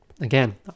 again